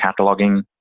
Cataloging